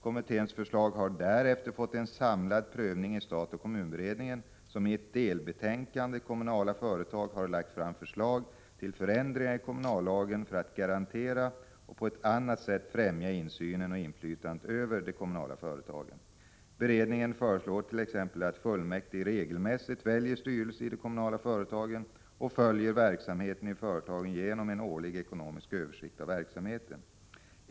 Kommitténs förslag har därefter fått en samlad prövning i stat-kommun-beredningen, som i delbetänkandet Kommunala företag har lagt fram förslag till ändringar i kommunallagen för att garantera och på annat sätt främja insynen i och inflytandet över de kommunala företagen. Beredningen föreslår t.ex. att fullmäktige regelmäs sigt väljer styrelse i de kommunala företagen och följer verksamheten i företagen genom en årlig ekonomisk översikt av verksamheten.